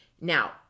Now